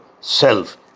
self